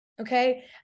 Okay